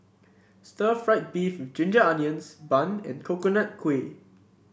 Stir Fried Beef with Ginger Onions bun and Coconut Kuih